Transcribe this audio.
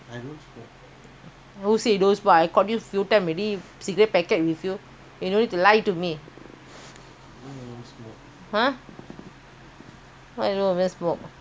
you don't need to lie to me !huh! you don't even smoke hmm